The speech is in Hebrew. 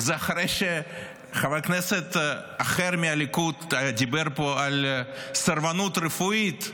וזה אחרי שחבר כנסת אחר מהליכוד דיבר פה על סרבנות רפואית.